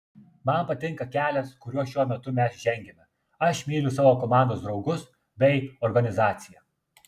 man patinka kelias kuriuo šiuo metu mes žengiame aš myliu savo komandos draugus bei organizaciją